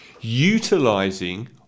utilizing